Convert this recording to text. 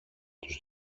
τους